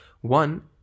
One